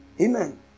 Amen